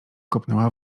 kopnęła